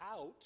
out